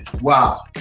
Wow